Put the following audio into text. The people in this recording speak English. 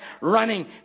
running